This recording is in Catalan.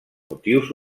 motius